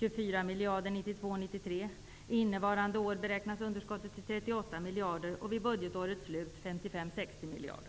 1992/93. Innevarande år beräknas underskottet till 38 miljarder, och vid budgetårets slut till 55--60 miljarder.